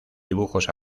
dibujos